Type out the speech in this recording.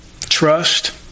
Trust